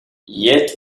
yet